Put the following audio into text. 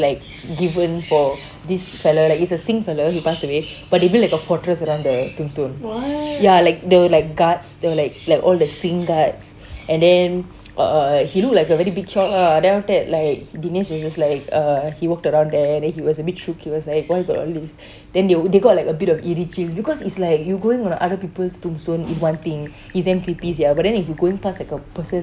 just like given for this fellow is a singh fellow he passed away but they build like a fortress around the tombstone ya like the like the guard the like all the singh guards and then uh uh he look like a very jock ah then after that like dinesh was like uh he walked around there then he was a bit shook he was like why got all this then they got like a bit of eerie chills because its like you going on other tombstone is one thing is damn creepy sia but then if you going past a person's